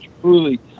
truly